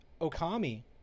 Okami